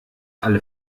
alle